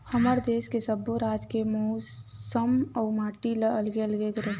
हमर देस के सब्बो राज के मउसम अउ माटी ह अलगे अलगे रहिथे